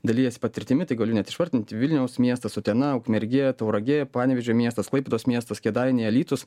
dalijasi patirtimi tai galiu net išvardinti vilniaus miestas utena ukmergė tauragė panevėžio miestas klaipėdos miestas kėdainiai alytus